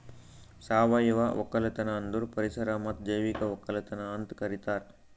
ಸಾವಯವ ಒಕ್ಕಲತನ ಅಂದುರ್ ಪರಿಸರ ಮತ್ತ್ ಜೈವಿಕ ಒಕ್ಕಲತನ ಅಂತ್ ಕರಿತಾರ್